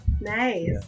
Nice